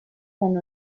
one